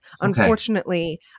Unfortunately